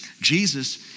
Jesus